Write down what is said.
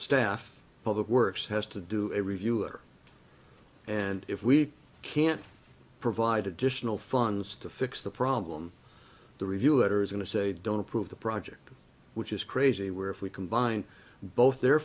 staff public works has to do a review or and if we can't provide additional funds to fix the problem the review letter is going to say don't approve the project which is crazy where if we combined both their